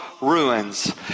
Ruins